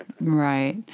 Right